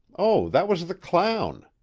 oh, that was the clown,